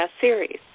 series